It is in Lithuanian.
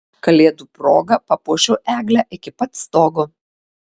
kalėdų proga papuošiu eglę iki pat stogo